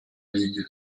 ligue